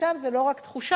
עכשיו זו לא רק תחושה,